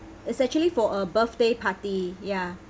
it's actually for a birthday party ya